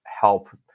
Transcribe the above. help